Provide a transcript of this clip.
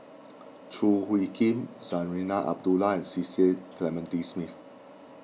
Choo Hwee Kim Zarinah Abdullah and Cecil Clementi Smith